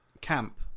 camp